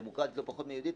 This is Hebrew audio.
דמוקרטית לא פחות מיהודית".